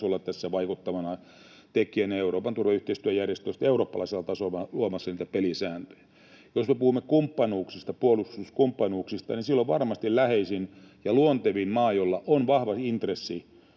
globaalitasolla vaikuttavana tekijänä ja Euroopan turvallisuus- ja yhteistyöjärjestö sitten eurooppalaisella tasolla luomassa niitä pelisääntöjä. Jos me puhumme puolustuskumppanuuksista, niin silloin varmasti läheisin ja luontevin maa, jolla on vahva intressi